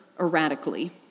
erratically